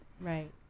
right